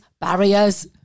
barriers